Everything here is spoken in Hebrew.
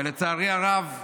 ולצערי הרב,